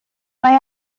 mae